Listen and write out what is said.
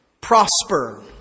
prosper